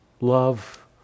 love